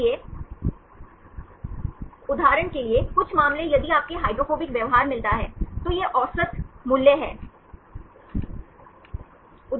इसलिए उदाहरण के लिए कुछ मामले यदि आपको हाइड्रोफोबिक व्यवहार मिलता है तो यह औसत मूल्य है